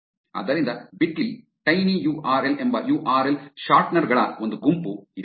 ಆದ್ದರಿಂದ Bitly tiny U R L ಎಂಬ U R L shortener ಗಳ ಒಂದು ಗುಂಪು ಇದೆ